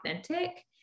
authentic